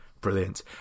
Brilliant